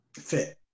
fit